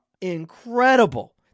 incredible